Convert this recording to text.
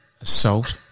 assault